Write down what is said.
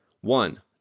One